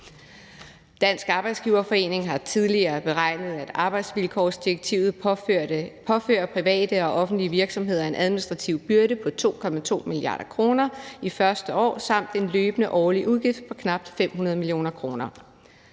Dansk Arbejdsgiverforening har tidligere beregnet, at arbejdsvilkårsdirektivet påfører private og offentlige virksomheder en administrativ byrde på 2,2 mia. kr. i det første år samt en løbende årlig udgift på knap 500 mio. kr.